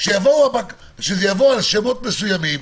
כשזה יבוא לשמות מסוימים,